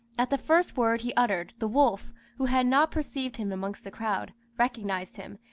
at the first word he uttered, the wolf, who had not perceived him amongst the crowd, recognised him,